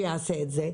שיעשה את זה.